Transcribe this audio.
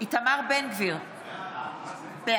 איתמר בן גביר, בעד